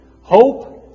Hope